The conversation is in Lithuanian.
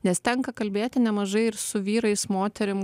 nes tenka kalbėti nemažai ir su vyrais moterim